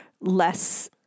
less